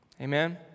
Amen